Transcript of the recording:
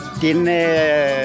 Tiene